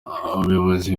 ubuyobozi